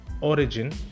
origin